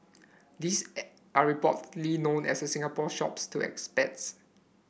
these are reportedly known as Singapore Shops to expats